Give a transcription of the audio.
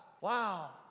Wow